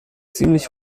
ziemlich